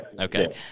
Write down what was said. Okay